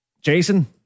Jason